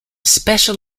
special